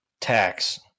tax